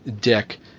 Dick –